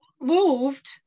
moved